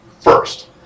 first